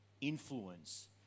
influence